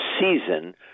season